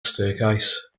staircase